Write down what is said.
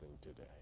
today